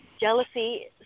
Jealousy